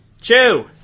Chew